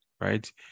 right